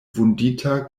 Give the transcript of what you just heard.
vundita